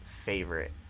Favorite